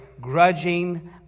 grudging